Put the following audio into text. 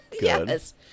yes